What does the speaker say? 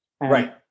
Right